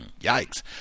yikes